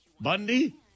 Bundy